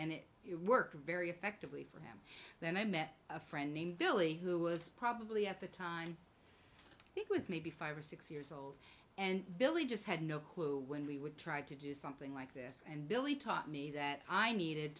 and it worked very effectively for him then i met a friend named billy who was probably at the time it was maybe five or six years old and billy just had no clue when we would try to do something like this and billy taught me that i needed